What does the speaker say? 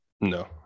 No